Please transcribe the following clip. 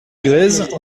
grèzes